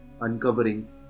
uncovering